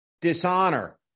dishonor